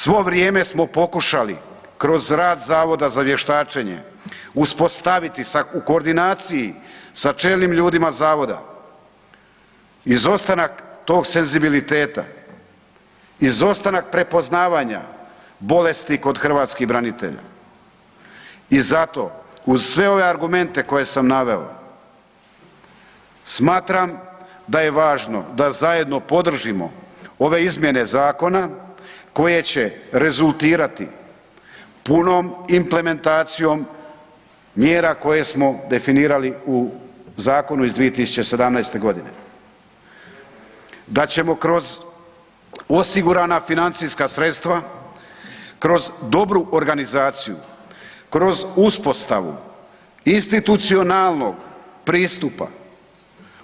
Svo vrijeme smo pokušali kroz rad Zavoda za vještačenje uspostaviti sa koordinaciji sa čelnim ljudima zavoda izostanak tog senzibiliteta, izostanak prepoznavanja bolesti kod hrvatskih branitelja i zato uz sve ove argumente koje sam naveo, smatram da je važno da zajedno podržimo ove izmjene zakona koje će rezultirati punom implementacijom mjera koje smo definirali u zakonu iz 2017. godine, da ćemo kroz osigurana financijska sredstva, kroz dobru organizaciju, kroz uspostavu institucionalnog pristupa